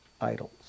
idols